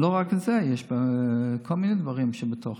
לא רק זה, יש כל מיני דברים בתוכה,